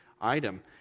item